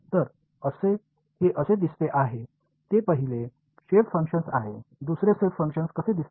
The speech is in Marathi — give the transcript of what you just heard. तर हे असे दिसते आहे ते पहिले शेप फंक्शन आहे दुसरे शेप फंक्शन कसे दिसते